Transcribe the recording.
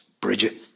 Bridget